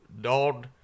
dog